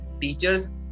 teachers